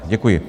Děkuji.